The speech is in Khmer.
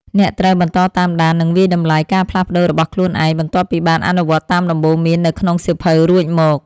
អ្នកត្រូវបន្តតាមដាន និងវាយតម្លៃការផ្លាស់ប្តូររបស់ខ្លួនឯង បន្ទាប់ពីបានអនុវត្តតាមដំបូន្មាននៅក្នុងសៀវភៅរួចមក។